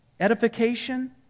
Edification